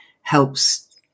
helps